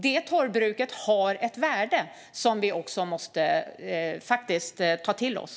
Detta torvbruk har ett värde som vi faktiskt måste ta till oss.